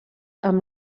amb